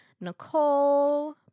Nicole